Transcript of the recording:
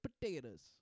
potatoes